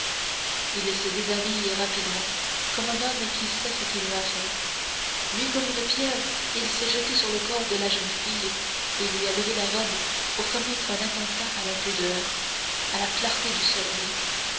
il se déshabille rapidement comme un homme qui sait ce qu'il va faire nu comme une pierre il s'est jeté sur le corps de la jeune fille et lui a levé la robe pour commettre un attentat à la pudeur à la clarté du soleil